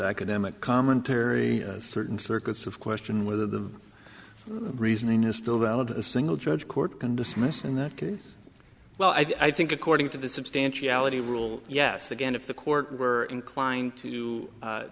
academic commentary certain circuits of question whether the reasoning is still valid in a single judge court can dismiss in that case well i think according to the substantiality rule yes again if the court were inclined